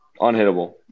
Unhittable